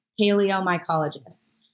paleomycologists